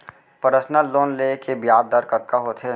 Personal loan ले के ब्याज दर कतका होथे?